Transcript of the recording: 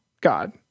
God